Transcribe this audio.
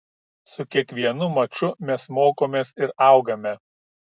su kiekvienu maču mes mokomės ir augame